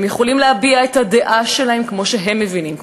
הם יכולים להביע את הדעה שלהם כמו שהם מבינים,